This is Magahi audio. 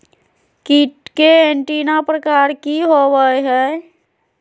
कीट के एंटीना प्रकार कि होवय हैय?